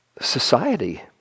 society